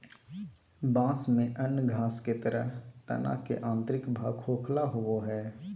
बाँस में अन्य घास के तरह तना के आंतरिक भाग खोखला होबो हइ